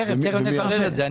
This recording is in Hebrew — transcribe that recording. תכף נברר את זה.